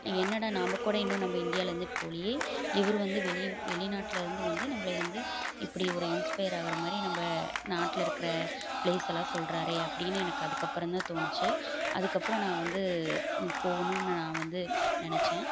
என்னடா நாம்கூட இன்னும் நம்ம இந்தியாவில் இருந்துட்டு போலையே இவர் வந்து வெளியூர் வெளிநாட்டுலேருந்து வந்து நம்பளை வந்து இப்படி ஒரு இன்ஸ்பையர் ஆகிற மாதிரி நம்ப நாட்டில் இருக்கிற ப்ளேஸெல்லாம் சொல்கிறாரே அப்படினு எனக்கு அதுக்கப்புறம் தான் தோணுச்சு அதுக்கப்புறம் நான் வந்து போகணுன்னு நான் வந்து நினச்சேன்